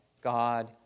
God